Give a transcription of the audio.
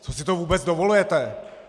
Co si to vůbec dovolujete?!